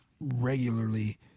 regularly